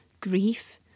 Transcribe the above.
grief